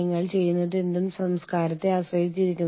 geocentrism ഭൂമിശാസ്ത്രപരമായ അതിരുകളുമായി ബന്ധപ്പെട്ടിരിക്കുന്നു